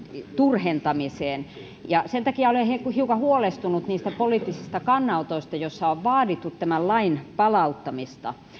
turhentamiseen sen takia olen hiukan huolestunut niistä poliittisista kannanotoista joissa on vaadittu tämän lain palauttamista